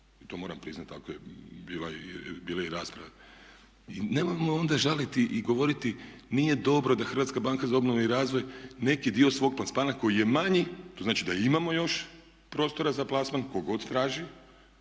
to moram priznati, takva je bila i rasprava. I nemojmo onda žaliti i govoriti nije dobro da HBOR neki dio svog plasmana koji je manji, to znači da imamo još prostora za plasman tko god traži.